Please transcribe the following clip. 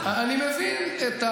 אני מבין,